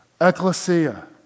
Ecclesia